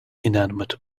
inanimate